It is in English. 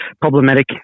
problematic